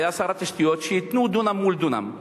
שהיה שר התשתיות, שייתנו דונם מול דונם.